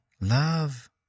love